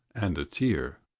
and a tear,